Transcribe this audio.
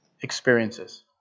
experiences